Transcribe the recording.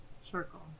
circle